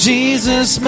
Jesus